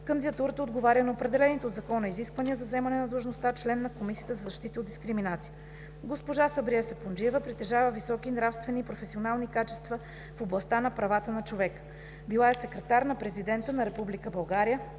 Кандидатурата отговаря на определените от Закона изисквания за заемане на длъжността член на Комисията за защита от дискриминация. Госпожа Сабрие Сапунджиева притежава високи нравствени и професионални качества в областта на правата на човека. Била е секретар на президента на Република